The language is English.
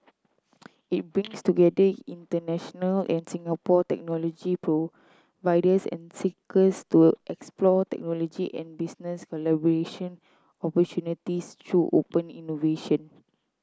it brings together international and Singapore technology providers and seekers to explore technology and business collaboration opportunities through open innovation